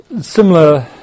similar